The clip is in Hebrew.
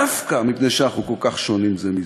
דווקא מפני שאנחנו כל כך שונים זה מזה,